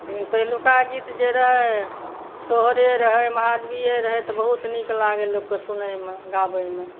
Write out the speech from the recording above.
लेकिन पहिलुका गीत जे रहै सोहरे रहै महादेवे रहै तऽ बहुत नीक लागै सुनैमे गाबैमे